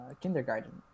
kindergarten